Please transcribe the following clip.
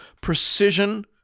precision